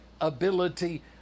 ability